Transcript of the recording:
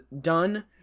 done